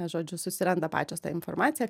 žodžiu susiranda pačios tą informaciją